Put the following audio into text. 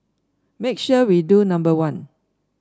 make sure we do number one